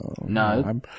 No